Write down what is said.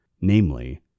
Namely